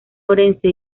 orense